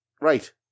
Right